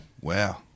Wow